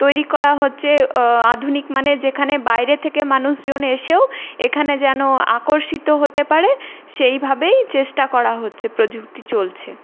তৈরি করা হচ্ছে আধুনিক মানের যেখানে বাইরে থেকে মানুষজন এসেও এখানে যেন আকর্ষিত হতে পারে সেইভাবেই চেষ্টা করা হচ্ছে প্রযুক্তি চলছে